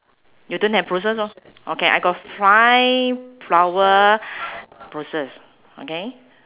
you don't have bushes lor okay I got five flower bushes okay